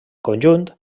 conjunt